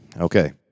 okay